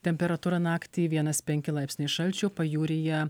temperatūra naktį vienas penki laipsniai šalčio pajūryje